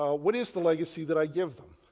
um what is the legacy that i give them?